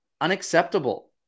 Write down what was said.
unacceptable